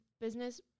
business